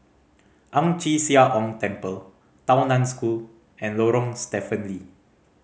Ang Chee Sia Ong Temple Tao Nan School and Lorong Stephen Lee